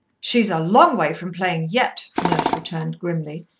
she's a long way from playing yet, nurse returned grimly.